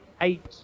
eight